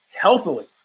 healthily